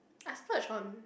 I splurge on